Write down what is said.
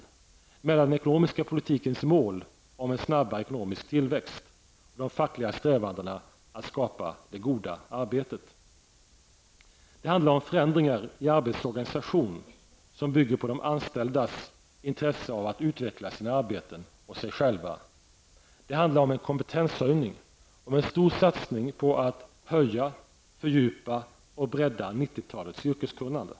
Det är mellan den ekonomiska politikens mål om en snabbare tillväxt och de fackliga strävandena att skapa ''det goda arbetet''. Det handlar om förändringar i arbetets organisation som bygger på de anställdas intresse av att utveckla sina arbeten och sig själva. Det handlar om kompetenshöjning -- om en stor satsning på att höja, fördjupa och bredda 90-talets yrkeskunnande.